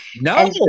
no